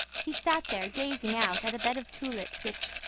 he sat there gazing out at a bed of tulips, which,